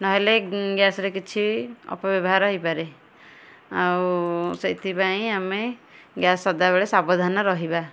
ନହେଲେ ଗ୍ୟାସ୍ରେ କିଛି ଅପବ୍ୟବହାର ହୋଇପାରେ ଆଉ ସେଇଥିପାଇଁ ଆମେ ଗ୍ୟାସ୍ ସଦାବେଳେ ସାବଧାନ ରହିବା